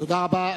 תודה רבה.